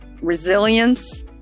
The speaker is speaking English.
resilience